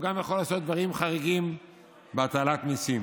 הוא גם יכול לעשות דברים חריגים בהטלת מיסים.